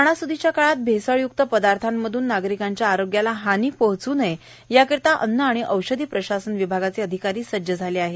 सनासूदीच्या काळात भैसळय्क्त पदार्थांमधून नागरिकांच्या आरोग्याला हानी पोहोच् नये याकरिता अन्न आणि औषधी प्रशासन विभागाचे अधिकारी सज्ज झाले आहेत